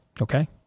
okay